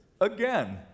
again